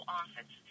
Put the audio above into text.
office